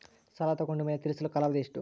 ಸಾಲ ತಗೊಂಡು ಮೇಲೆ ತೇರಿಸಲು ಕಾಲಾವಧಿ ಎಷ್ಟು?